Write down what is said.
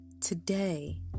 today